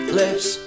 lips